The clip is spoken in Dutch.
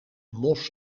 mos